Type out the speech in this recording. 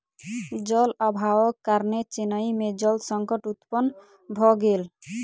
जल अभावक कारणेँ चेन्नई में जल संकट उत्पन्न भ गेल